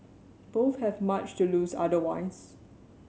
both have much to lose otherwise